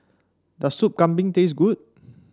does Soup Kambing taste good